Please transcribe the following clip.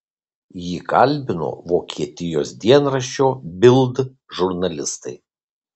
jį kalbino vokietijos dienraščio bild žurnalistai